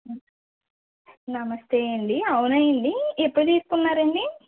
నమస్తే అండి అవునాయిండి ఎప్పుడు తీసుకున్నారండి